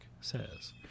says